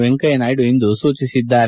ವೆಂಕಯ್ಜನಾಯ್ಡು ಇಂದು ಸೂಚಿಸಿದ್ದಾರೆ